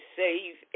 save